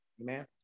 Amen